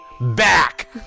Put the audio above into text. back